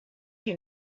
you